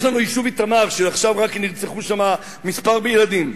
יש לנו היישוב איתמר שעכשיו רק נרצחו שמה כמה ילדים,